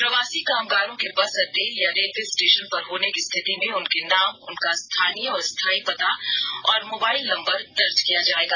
प्रवासी कामगारों के बस अड्डे या रेलवे स्टेशन पर होने की स्थिति में उनके नाम उनका स्थानीय और स्थायी पता और मोबाइल नंबर दर्ज किया जायेगा